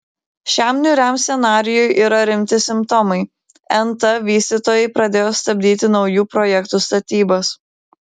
šiam niūriam scenarijui yra rimti simptomai nt vystytojai pradėjo stabdyti naujų projektų statybas